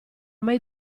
mai